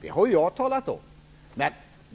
Det har bl.a. jag påpekat.